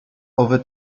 owe